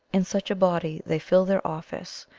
in such a body they fill their office,